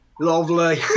lovely